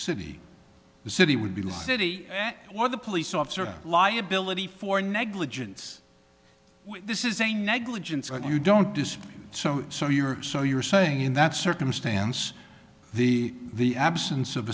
city the city would be like city or the police officer liability for negligence this is a negligence that you don't dispute so so you're so you're saying in that circumstance the the absence of